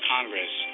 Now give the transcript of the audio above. Congress